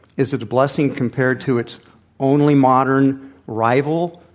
is it a blessing compared to its only modern rival,